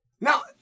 Now